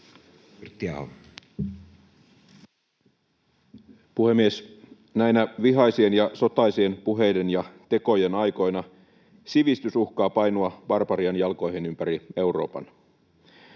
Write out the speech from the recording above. Content: Puhemies! Näinä vihaisien ja sotaisien puheiden ja tekojen aikoina sivistys uhkaa painua barbarian jalkoihin ympäri Euroopan.